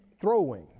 throwing